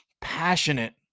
passionate